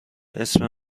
اسم